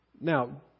Now